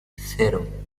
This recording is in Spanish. cero